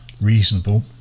reasonable